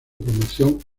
promoción